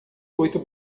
oito